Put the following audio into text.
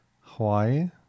Hawaii